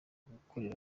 gukorera